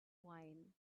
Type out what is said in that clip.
wine